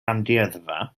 amgueddfa